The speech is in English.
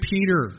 Peter